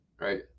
right